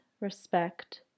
respect